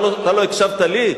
אתה לא הקשבת לי.